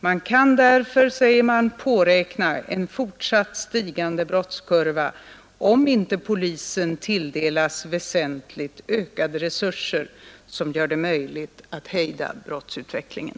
”Man kan därför påräkna en fortsatt stigande brottskurva, om inte polisen tilldelas väsentligt ökade resurser som gör det möjligt att hejda brottsutvecklingen.”